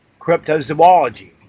Cryptozoology